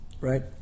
Right